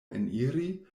eniri